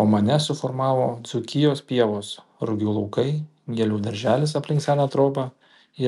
o mane suformavo dzūkijos pievos rugių laukai gėlių darželis aplink seną trobą